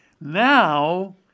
Now